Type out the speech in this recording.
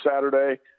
Saturday